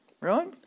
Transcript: right